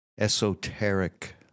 esoteric